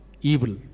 evil